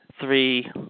three